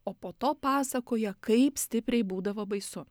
o po to pasakoja kaip stipriai būdavo baisu